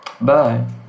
Bye